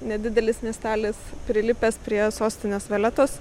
nedidelis miestelis prilipęs prie sostinės valetos